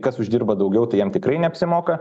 kas uždirba daugiau tai jiem tikrai neapsimoka